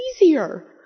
easier